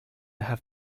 have